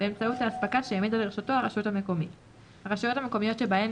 באמצעות האספקה שהעמידה לרשותו הרשות המקומית; הרשויות המקומיות שבהן